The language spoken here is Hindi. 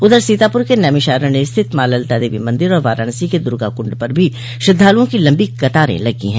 उधर सीतापुर के नैमिषारण्य स्थित माँ ललिता देवी मंदिर और वाराणसी के दुर्गा कुंड पर भी श्रद्वालुओं की लम्बी कतारें लगी है